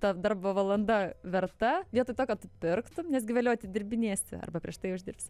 ta darbo valanda verta vietoj to kad tu pirktum nes gi vėliau atidirbinėsi arba prieš tai uždirbsi